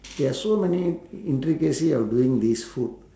there are so many intricacy of doing this food